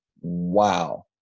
wow